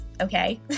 okay